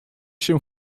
się